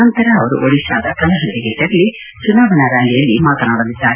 ನಂತರ ಅವರು ಒಡಿತಾದ ಕಲಹಂಡಿಗೂ ತೆರಳಿ ಚುನಾವಣಾ ರ್ನಾಲಿಯಲ್ಲಿ ಮಾತನಾಡಲಿದ್ದಾರೆ